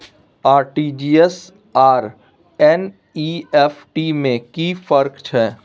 RTG S आर NEFT में कि फर्क छै?